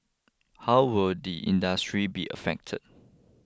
how will the industry be affected